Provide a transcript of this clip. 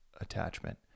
attachment